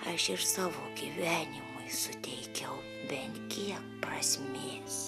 aš ir savo gyvenimui suteikiau bent kiek prasmės